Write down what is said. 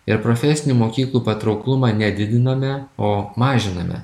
ir profesinių mokyklų patrauklumą nedidiname o mažiname